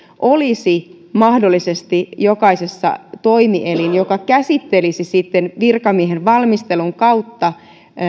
olisi mahdollisesti toimielin joka käsittelisi sitten virkamiehen valmistelun kautta